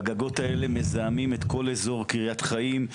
והגגות האלה מזהמים את כל אזור קריית חיים,